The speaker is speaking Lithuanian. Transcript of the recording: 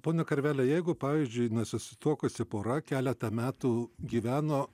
ponia karveli jeigu pavyzdžiui susituokusi pora keletą metų gyveno